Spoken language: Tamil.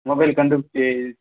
மொபைல் கண்டுப்பிடிச்சி